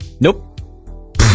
Nope